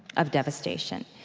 of devastation.